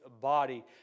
body